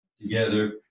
together